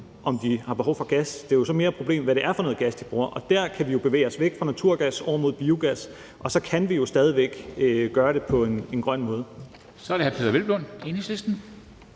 om de har behov for gas. Det er så mere et problem, hvad det er for noget gas, de bruger, og der kan vi jo bevæge os væk fra naturgas og over mod biogas, og så kan vi stadig væk gøre det på en grøn måde. Kl. 09:56 Formanden : Så er det hr. Peder Hvelplund, Enhedslisten.